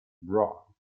brawl